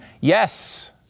Yes